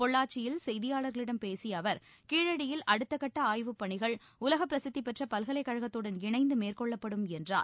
பொள்ளாச்சியில் செய்தியாளர்களிடம் பேசிய அவர் கீழடியில் அடுத்தகட்ட ஆய்வுப்பணிகள் உலகப் பிரசித்தி பெற்ற பல்கலைக்கழத்துடன் இணைந்து மேற்கொள்ளப்படும் என்றார்